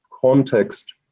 context